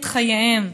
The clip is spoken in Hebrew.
את חייהם,